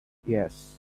yes